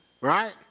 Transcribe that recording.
Right